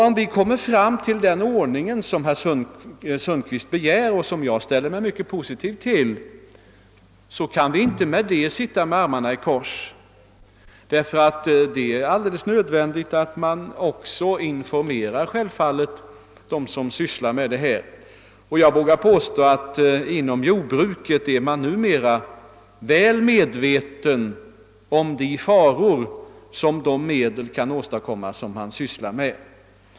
Om vi kommer fram till den ordning som herr Sundkvist begär och som jag ställer mig mycket positiv till, så kan vi fördenskull inte sitta med armarna i kors, ty det är alldeles nödvändigt att vi också informerar dem som sysslar med detta. Och jag vågar påstå att inom jordbruket är man numera väl medveten om de faror som de medel kan åstadkomma som man handskas med.